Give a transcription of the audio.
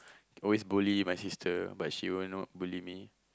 always bully my sister but she will not bully me